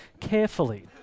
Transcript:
carefully